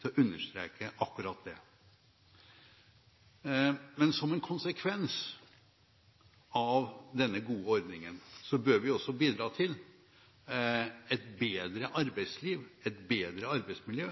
til å understreke akkurat det. Men som en konsekvens av denne gode ordningen bør vi også bidra til et bedre arbeidsliv og et bedre arbeidsmiljø